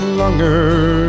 longer